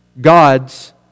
God's